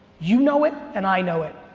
you know it, and i know it.